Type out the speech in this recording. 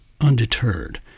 Undeterred